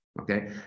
okay